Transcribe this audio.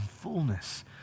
fullness